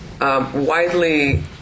widely